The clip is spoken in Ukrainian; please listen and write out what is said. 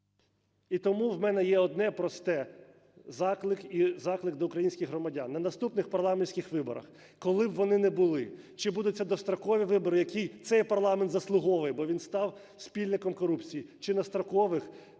І тому в мене є одне просте. Заклик і заклик до українських громадян: на наступних парламентських виборах, коли б вони не були, чи будуть це дострокові вибори, які цей парламент заслуговує, бо він став спільником корупції, чи не строкових, ви